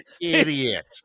idiot